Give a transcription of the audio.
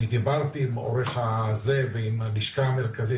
אני דיברתי עם עורך הזה ועם הלשכה המרכזית,